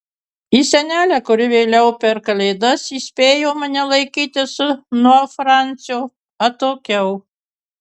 į senelę kuri vėliau per kalėdas įspėjo mane laikytis nuo francio atokiau